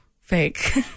fake